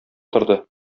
торды